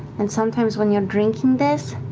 and sometimes when you're drinking this,